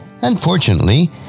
Unfortunately